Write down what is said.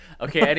Okay